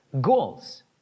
goals